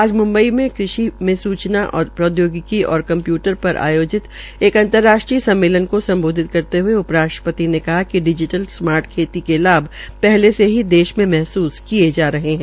आज म्म्बई मे कृषि मे सूचना प्रौद्योगिकी और कम्प्यूटर पर आयोजित एक अंतर्राष्ट्रीय सम्मेलन को स्म्बोधित करते हुए उप राष्ट्रपति ने कहा कि डिजिटल स्मार्ट खेती के लाभ पहले से ही देश मे महसूस किये जा रहे है